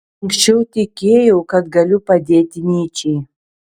anksčiau tikėjau kad galiu padėti nyčei